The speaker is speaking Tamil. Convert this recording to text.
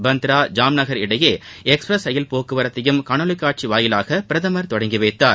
பந்த்ரா ஜாம் நகர் இடையே எக்ஸ்பிரஸ் ரயில் போக்குவரத்தையும் காணொலி காட்சி மூலம் பிரதமர் தொடங்கி வைத்தார்